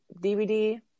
DVD